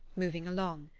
moving along.